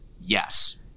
Yes